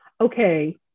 okay